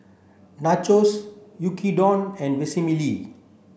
Nachos Yaki Udon and Vermicelli